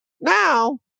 now